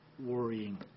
worrying